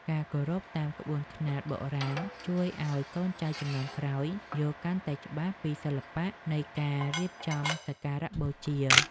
ការគោរពតាមក្បួនខ្នាតបុរាណជួយឱ្យកូនចៅជំនាន់ក្រោយយល់កាន់តែច្បាស់ពីសិល្បៈនៃការរៀបចំសក្ការបូជា។